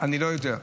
אני לא יודע.